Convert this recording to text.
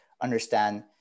understand